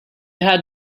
had